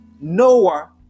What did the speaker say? noah